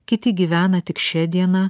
kiti gyvena tik šia diena